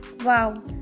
Wow